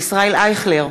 ישראל אייכלר,